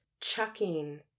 chucking